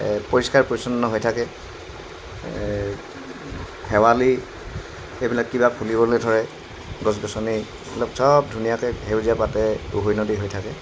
এই পৰিষ্কাৰ পৰিচ্ছন্ন হৈ থাকে এই শেৱালি সেইবিলাক কিবা ফুলিবলৈ ধৰে গছ গছনি এইবিলাক চব ধুনীয়াকৈ সেউজীয়া পাতে উভৈনদী হৈ থাকে